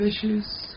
issues